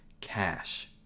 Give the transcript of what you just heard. cash